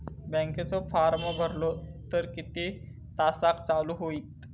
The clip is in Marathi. बँकेचो फार्म भरलो तर किती तासाक चालू होईत?